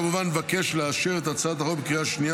אני כמובן מבקש לאשר את הצעת החוק בקריאה השנייה